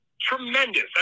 tremendous